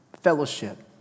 fellowship